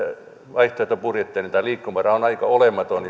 vaihtoehtobudjettia niin liikkumavara on aika olematon